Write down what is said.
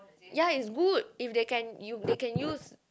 ya is good if they can you they can use